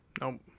Nope